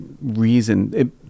reason